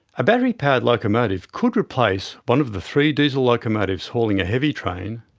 a battery powered locomotive could replace one of the three diesel locomotives hauling a heavy train,